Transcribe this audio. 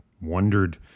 wondered